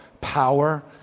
power